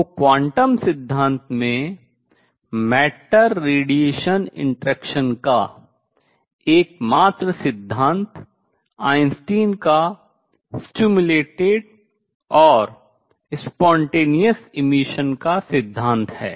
तो क्वांटम सिद्धांत में द्रव्य विकिरण अन्तः क्रिया का एकमात्र सिद्धांत आइंस्टीन का उद्दीपित और स्वतः उत्सर्जन का सिद्धांत है